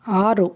ಆರು